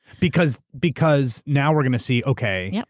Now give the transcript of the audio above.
because because now we're gonna see, okay. yeah